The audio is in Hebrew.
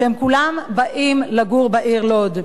שהם כולם באים לגור בעיר לוד.